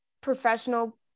professional